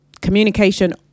Communication